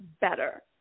better